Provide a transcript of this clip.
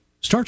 start